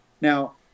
Now